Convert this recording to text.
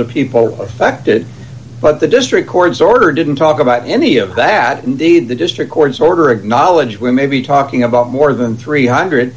of people affected but the district court's order didn't talk about any of that in the the district court's order of knowledge we may be talking about more than three hundred